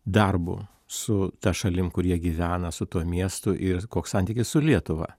darbu su ta šalim kur jie gyvena su tuo miestu ir koks santykis su lietuva